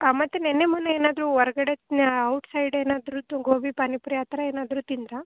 ಹಾಂ ಮತ್ತು ನೆನ್ನೆ ಮೊನ್ನೆ ಏನಾದ್ರೂ ಹೊರ್ಗಡೆ ನ್ಯಾ ಔಟ್ಸೈಡ್ ಏನಾದ್ರು ಗೋಬಿ ಪಾನಿಪುರಿ ಆ ಥರ ಏನಾದ್ರೂ ತಿಂದಿರಾ